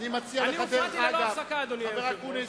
אני הופרעתי ללא הפסקה, אדוני היושב-ראש.